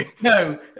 No